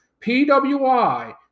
PWI